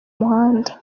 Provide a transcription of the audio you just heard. muhanda